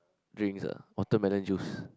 drinks ah watermelon juice